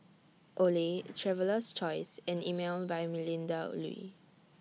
Olay Traveler's Choice and Emel By Melinda Looi